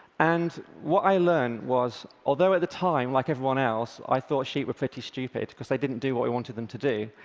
and what i learned was, although at the time, like everyone else, i thought sheep were pretty stupid because they didn't do what we wanted them to do,